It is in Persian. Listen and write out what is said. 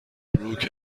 بروک